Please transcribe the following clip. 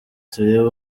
turebe